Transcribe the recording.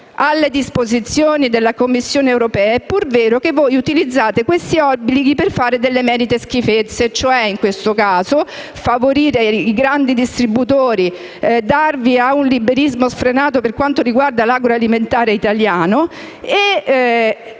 alle disposizioni della Commissione europea, è pur vero che voi utilizzate questi obblighi per fare delle emerite schifezze: favorire i grandi distributori, darvi a un liberismo sfrenato per quanto riguarda l'agroalimentare italiano